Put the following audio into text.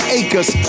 acres